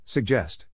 Suggest